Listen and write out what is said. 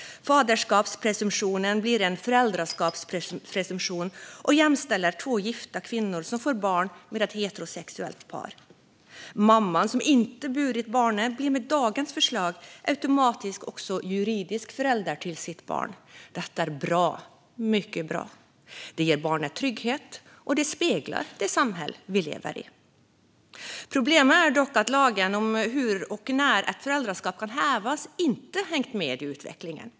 Faderskapspresumtionen blir en föräldraskapspresumtion och jämställer två gifta kvinnor som får barn med ett heterosexuellt par. Mamman som inte burit barnet blir med dagens förslag automatiskt också juridisk förälder till sitt barn. Detta är mycket bra. Det ger barnet trygghet, och det speglar det samhälle vi lever i. Problemet är dock att lagen om hur och när ett föräldraskap kan hävas inte har hängt med i utvecklingen.